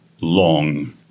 long